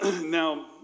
Now